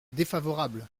défavorable